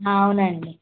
అవునండి